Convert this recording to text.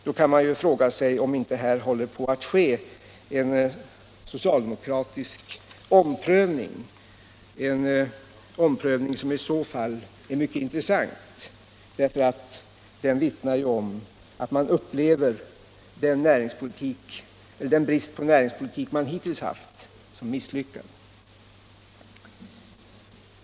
Då kan man fråga sig om inte en socialdemokratisk omprövning håller på att ske, en omprövning som i så fall är mycket intressant eftersom den vittnar om att man upplever den brist på näringspolitik som hittills rått som misslyckad.